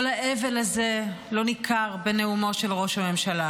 כל האבל הזה לא ניכר בנאומו של ראש הממשלה,